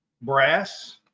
Brass